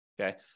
okay